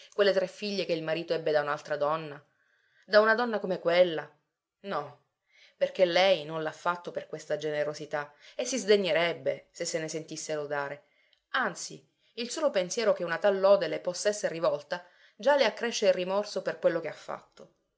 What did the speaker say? quelle tre figlie che il marito ebbe da un'altra donna da una donna come quella no perché lei non l'ha fatto per questa generosità e si sdegnerebbe se se ne sentisse lodare anzi il solo pensiero che una tal lode le possa esser rivolta già le accresce il rimorso per quello che ha fatto